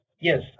yes